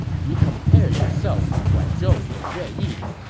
you compare yourself to guan zhong and yue yi.